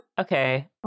Okay